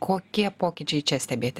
kokie pokyčiai čia stebėti